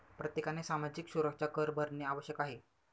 प्रत्येकाने सामाजिक सुरक्षा कर भरणे आवश्यक आहे का?